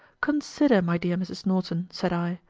consider, my dear mrs. norton, said i,